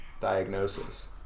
diagnosis